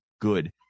good